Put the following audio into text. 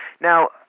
Now